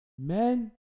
Men